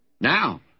Now